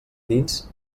dins